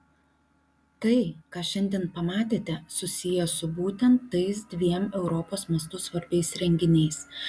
tai ką šiandien pamatėte susiję su būtent tais dviem europos mastu svarbiais renginiais